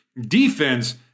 Defense